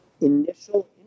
Initial